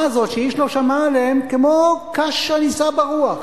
הזאת שאיש לא שמע עליהם כמו קש הנישא ברוח.